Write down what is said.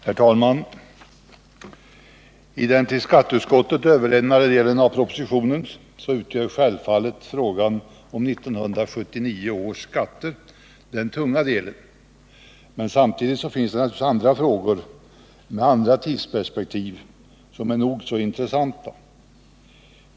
Herr talman! I den till skatteutskottet överlämnade delen av propositionen utgör självfallet frågan om 1979 års skatter det tunga inslaget, men samtidigt finns naturligtvis andra frågor med andra tidsperspektiv som är nog så intressanta.